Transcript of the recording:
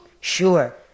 Sure